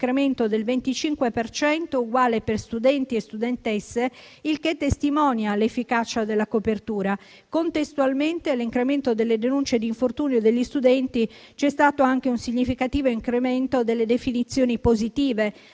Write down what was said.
cento (uguale per studenti e studentesse), il che testimonia l'efficacia della copertura. Contestualmente all'incremento delle denunce di infortunio degli studenti c'è stato anche un significativo incremento delle definizioni positive,